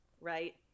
Right